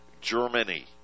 Germany